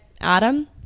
Adam